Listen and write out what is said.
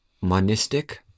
monistic